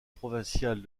provinciale